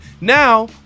Now